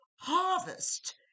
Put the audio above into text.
harvest